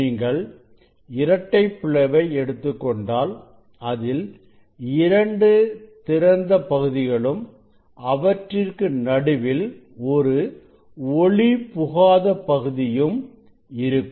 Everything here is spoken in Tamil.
நீங்கள் இரட்டைப் பிளவை எடுத்துக்கொண்டால் அதில் இரண்டு திறந்த பகுதிகளும் அவற்றிற்கு நடுவில் ஒரு ஒளி புகாத பகுதியும் இருக்கும்